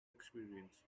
experience